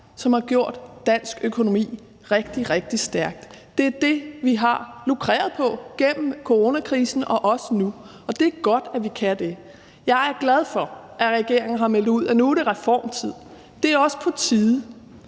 som har gjort dansk økonomi rigtig, rigtig stærk. Det er det, vi har lukreret på gennem coronakrisen og også nu, og det er godt, at vi kan det. Jeg er glad for, at regeringen har meldt ud, at nu er det reformtid. Det er også på tide,